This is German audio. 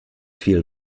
viel